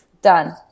done